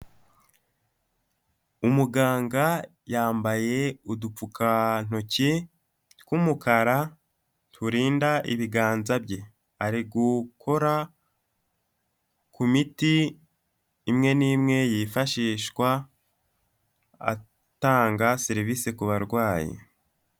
Umuganga yambaye udupfukantoki tw'umukara turinda ibiganza bye, ari gukora ku miti imwe n'imwe yifashishwa atanga serivisi ku barwayi.